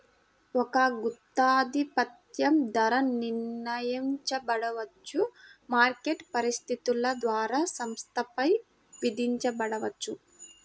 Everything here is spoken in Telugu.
ఒక గుత్తాధిపత్యం ధర నిర్ణయించబడవచ్చు, మార్కెట్ పరిస్థితుల ద్వారా సంస్థపై విధించబడవచ్చు